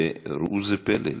וראו זה פלא,